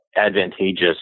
advantageous